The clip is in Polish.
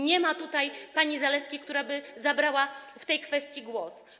Nie ma tutaj pani Zalewskiej, która by zabrała w tej kwestii głos.